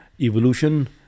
Evolution